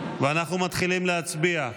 אנחנו מתחילים להצביע,